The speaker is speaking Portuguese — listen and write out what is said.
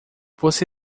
você